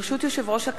ברשות יושב-ראש הכנסת,